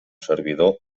servidor